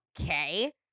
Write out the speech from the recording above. okay